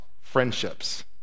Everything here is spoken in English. friendships